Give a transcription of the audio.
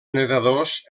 nedadors